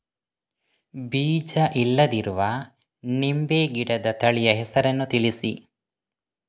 ಬೀಜ ಇಲ್ಲದಿರುವ ನಿಂಬೆ ಗಿಡದ ತಳಿಯ ಹೆಸರನ್ನು ತಿಳಿಸಿ?